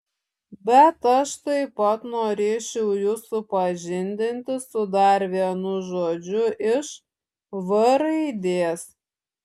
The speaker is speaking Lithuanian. bet aš taip pat norėčiau jus supažindinti su dar vienu žodžiu iš v raidės